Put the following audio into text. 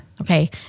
Okay